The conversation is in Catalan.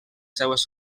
seves